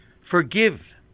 Forgive